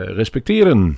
respecteren